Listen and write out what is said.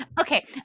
okay